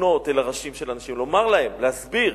לפנות אל הראשים של האנשים, לומר להם, להסביר.